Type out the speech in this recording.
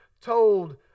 told